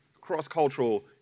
Cross-cultural